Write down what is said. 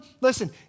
listen